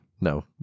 No